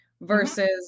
versus